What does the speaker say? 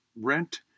rent